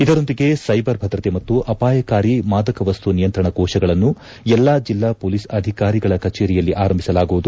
ಇದರೊಂದಿಗೆ ಸೈಬರ್ ಭದ್ರತೆ ಮತ್ತು ಅಪಾಯಕಾರಿ ಮಾದಕವಸ್ತು ನಿಯಂತ್ರಣ ಕೋಶಗಳನ್ನು ಎಲ್ಲಾ ಜಿಲ್ಲಾ ಮೊಲೀಸ್ ಅಧಿಕಾರಿಗಳ ಕಚೇರಿಯಲ್ಲಿ ಆರಂಭಿಸಲಾಗುವುದು